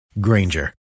Granger